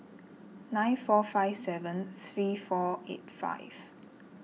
nine four five seven three four eight five